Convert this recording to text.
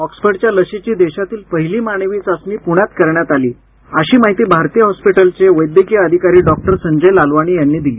ऑक्सफर्डच्या लसीची देशातील पहिली मानवी चाचणी पृण्यात करण्यात आली अशी माहिती भारती रुग्णालयाचे वैद्यकीय अधिकारी डॉक्टर संजय ललवाणी यांनी दिली